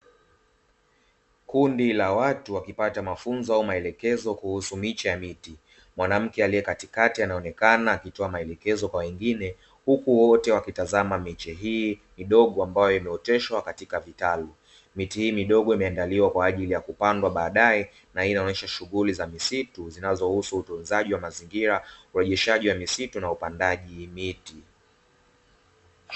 Kundi la watu wakipata mafunzo maelekezo kuhusu miche ya miti, mwanamke aliye katikati anaonekana akitoa maelekezo kwa wengine huku wote wakitazama miti hio midogo ambayo imeoteshwa katika vitalu; miche huo midogo imeandaliwa kwa ajili ya kupandwa baadae na hili inaonesha shughuli za misitu zinazohusu utunzaji wa mazingira, urejeshaji wa misitu na upandaji miti.